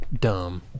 Dumb